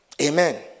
Amen